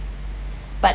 but